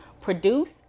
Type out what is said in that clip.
produce